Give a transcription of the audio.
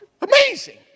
Amazing